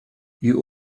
you